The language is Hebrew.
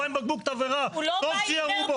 הוא בא עם בקבוק תבערה, טוב שירו בו.